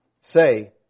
say